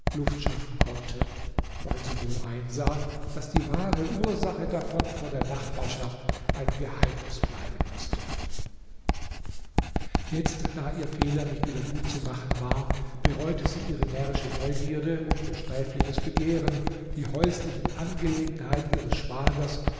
luft schaffen konnte weil sie wohl einsah daß die wahre ursache davon vor der nachbarschaft ein geheimnis bleiben mußte jetzt da ihr fehler nicht wieder gut zu machen war bereute sie ihre närrische neugierde und ihr sträfliches begehren die häuslichen angelegenheit ihres schwagers